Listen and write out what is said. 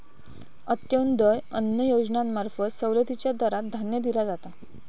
अंत्योदय अन्न योजनेंमार्फत सवलतीच्या दरात धान्य दिला जाता